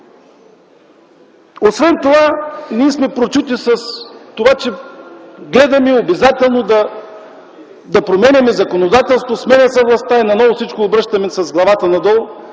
Освен това ние сме прочути с това, че гледаме обезателно да променяме законодателството – сменя се властта и наново обръщаме всичко с главата надолу.